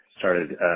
started